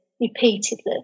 repeatedly